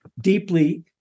deeply